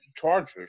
Chargers